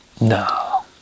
no